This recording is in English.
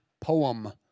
poem